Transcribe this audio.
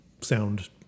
sound